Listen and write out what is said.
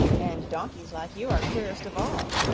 and donkeys like you are queerest of all,